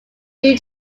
new